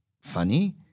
funny